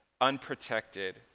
unprotected